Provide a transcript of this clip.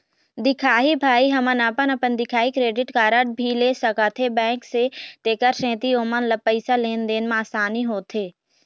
दिखाही भाई हमन अपन अपन दिखाही क्रेडिट कारड भी ले सकाथे बैंक से तेकर सेंथी ओमन ला पैसा लेन देन मा आसानी होथे?